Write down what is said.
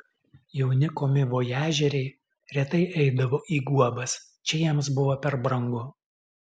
jauni komivojažieriai retai eidavo į guobas čia jiems buvo per brangu